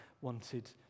wanted